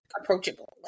approachable